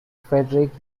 frederick